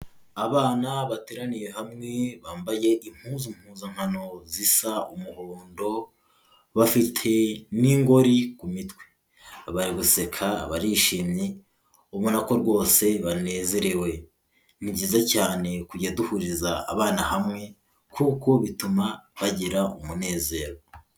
Abana bateraniye hamwe bambaye impuzu mpuzankano zisa umuhondo, bafite n'ingori ku mitwe, bari guseka barishimye, ubona ko rwose banezerewe, ni byiza cyane kujya duhuriza abana hamwe kuko bituma bagira umunezero.